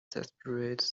desperate